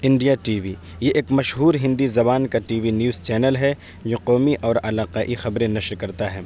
India T V یہ ایک مشہور ہندی زبان کا ٹی وی نیوز چینل ہے جو قومی اور علاقائی خبریں نشر کرتا ہے